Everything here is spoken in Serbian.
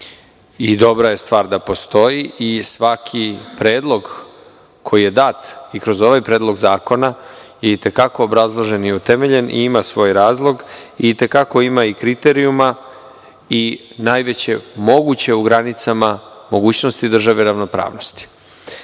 Dobra je stvar da postoji i svaki predlog koji je dat i kroz ovaj predlog zakona itekako obrazložen i utemeljen i ima svoj razlog, itekako ima i kriterijuma i najveće moguće u granicama mogućnosti državne ravnopravnosti. Kako